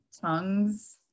tongues